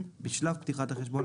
בשלב פתיחת החשבון,